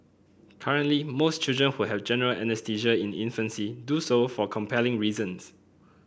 currently most children who have general anaesthesia in infancy do so for compelling reasons